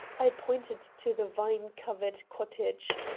i pointed to the vine-covered cottage.